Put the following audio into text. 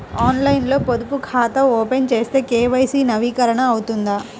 ఆన్లైన్లో పొదుపు ఖాతా ఓపెన్ చేస్తే కే.వై.సి నవీకరణ అవుతుందా?